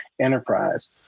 enterprise